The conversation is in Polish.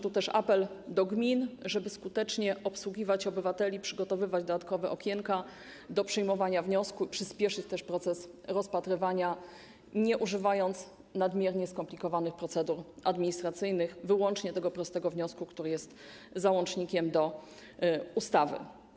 Tu też apel do gmin, żeby skutecznie obsługiwać obywateli, przygotowywać dodatkowe okienka do przyjmowania wniosków, przyśpieszyć też proces rozpatrywania, nie używając nadmiernie skomplikowanych procedur administracyjnych, wyłącznie tego prostego wniosku, który jest załącznikiem do ustawy.